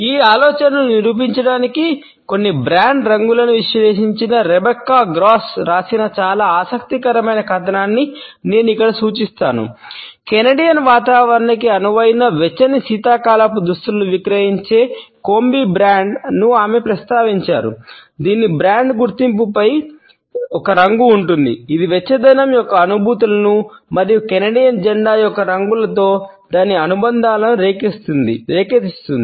ఈ ఆలోచనను నిరూపించడానికి కొన్ని బ్రాండ్ జెండా యొక్క రంగులతో దాని అనుబంధాలను రేకెత్తిస్తుంది